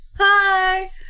Hi